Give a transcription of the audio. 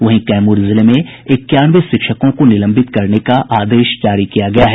वहीं कैमूर जिले में इक्यानवे शिक्षकों को निलंबित करने का आदेश जारी किया गया है